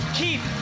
keep